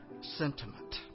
sentiment